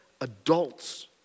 adults